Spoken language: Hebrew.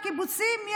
בקיבוצים,